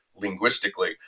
linguistically